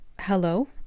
Hello